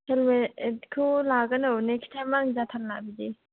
helmet खौ लागोन औ नेक्स टाइम आं जाथारला बिदि